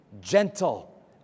gentle